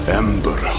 ember